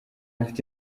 mfite